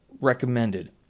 recommended